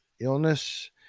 illness